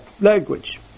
language